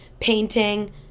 painting